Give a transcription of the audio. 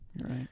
Right